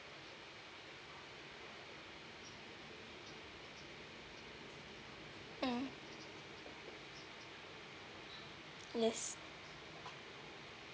mm yes